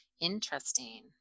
Interesting